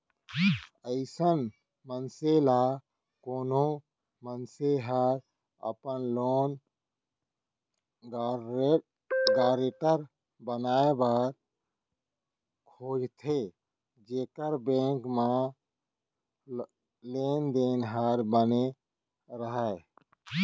अइसन मनसे ल कोनो मनसे ह अपन लोन गारेंटर बनाए बर खोजथे जेखर बेंक मन म लेन देन ह बने राहय